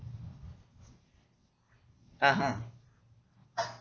(uh huh)